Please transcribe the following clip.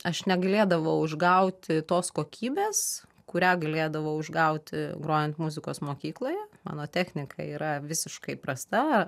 aš negalėdavau išgauti tos kokybės kurią galėdavau išgauti grojant muzikos mokykloje mano technika yra visiškai prasta